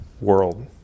world